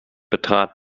betrat